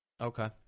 Okay